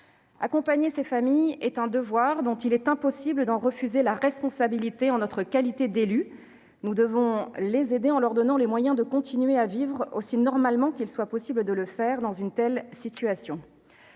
Accompagner ces familles est un devoir ; il est impossible d'en refuser la responsabilité en notre qualité d'élu. Nous devons les aider en leur donnant les moyens de continuer à vivre aussi normalement que possible dans une telle situation.